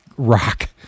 rock